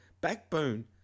backbone